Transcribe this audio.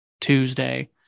Tuesday